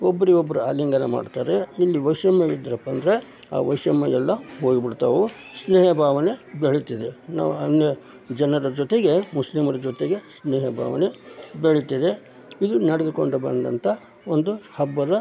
ಒಬ್ಬರಿಗೊಬ್ರು ಆಲಿಂಗನ ಮಾಡ್ತಾರೆ ಇಲ್ಲಿ ವೈಶಮ್ಯ ಇದ್ದರಪ್ಪ ಅಂದರೆ ಆ ವೈಶಮ್ಯ ಎಲ್ಲ ಹೋಗ್ಬಿಡ್ತಾವೆ ಸ್ನೇಹ ಭಾವನೆ ಬೆಳಿತದೆ ನಾವು ಹಂಗೆ ಜನರ ಜೊತೆಗೆ ಮುಸ್ಲಿಮರ ಜೊತೆಗೆ ಸ್ನೇಹ ಭಾವನೆ ಬೆಳಿತದೆ ಇದು ನಡೆದುಕೊಂಡು ಬಂದಂತಹ ಒಂದು ಹಬ್ಬದ